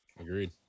Agreed